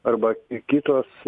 arba kitos